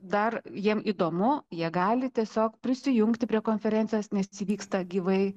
dar jiem įdomu jie gali tiesiog prisijungti prie konferencijos nes vyksta gyvai